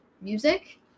music